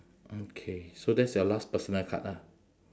okay so that's your last personal card ah